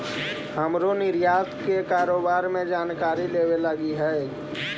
हमरो निर्यात के कारोबार के बारे में जानकारी लेबे लागी हई